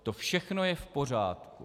To všechno je v pořádku.